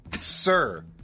Sir